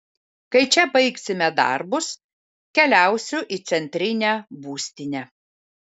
kai čia baigsime darbus keliausiu į centrinę būstinę